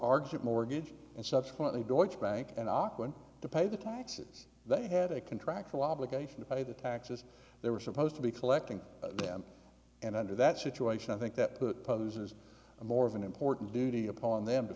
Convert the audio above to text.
argued mortgage and subsequently deutsche bank an auckland to pay the taxes they had a contractual obligation to pay the taxes they were supposed to be collecting them and under that situation i think that poses a more of an important duty upon them to